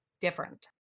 different